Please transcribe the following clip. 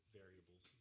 variables